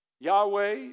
Yahweh